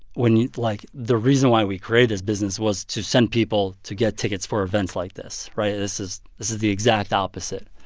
when like the reason why we created this business was to send people to get tickets for events like this, right? this is this is the exact opposite.